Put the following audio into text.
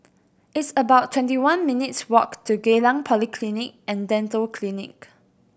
it's about twenty one minutes' walk to Geylang Polyclinic And Dental Clinic